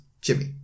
Jimmy